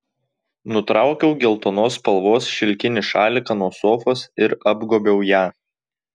nutraukiau geltonos spalvos šilkinį šaliką nuo sofos ir apgobiau ją